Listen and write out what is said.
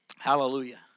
Hallelujah